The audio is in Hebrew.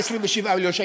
27 מיליון שקל.